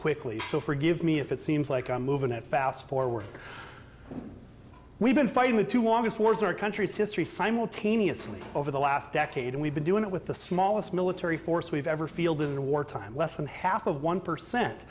quickly so forgive me if it seems like i'm moving that fast forward we've been fighting with two longest wars in our country's history simultaneously over the last decade and we've been doing it with the smallest military force we've ever field in a war time less than half of one percent